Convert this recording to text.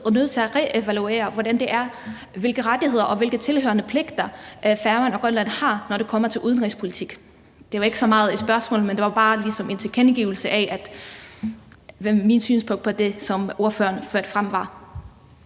måde nødt til at reevaluere, hvilke rettigheder og dertilhørende pligter Færøerne og Grønland har, når det kommer til udenrigspolitik. Det var ikke så meget et spørgsmål, men ligeså meget en tilkendegivelse af, hvad der var mit synspunkt på det, som ordføreren førte frem.